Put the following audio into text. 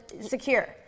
secure